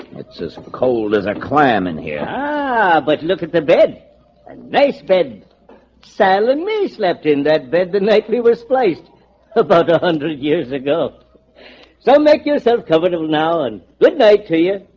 it's just cold as a clam in here. ah, but look at the bed ah nice bed sal and me slept in that bed the night we was placed about a hundred years ago so make yourself comfortable now and good night to you